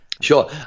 sure